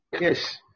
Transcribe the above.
Yes